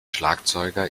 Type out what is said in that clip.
schlagzeuger